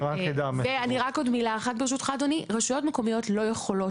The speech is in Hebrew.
משהו נוסף: רשויות מקומיות לא יכולות